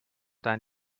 dein